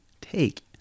take